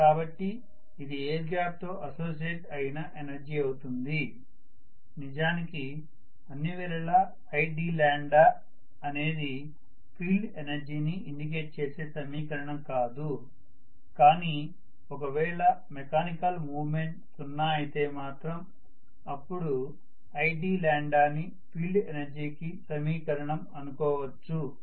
కాబట్టి ఇది air gap తో అసోసియేట్ అయిన ఎనర్జీ అవుతుంది నిజానికి అన్నివేళల id అనేది ఫీల్డ్ ఎనర్జీని ఇండికేట్ చేసే సమీకరణం కాదు కానీ ఒకవేళ మెకానికల్ మూవ్మెంట్ సున్నా అయితే మాత్రం అప్పుడు id ని ఫీల్డ్ ఎనర్జీ కి సమీకరణం అనుకోవచ్చు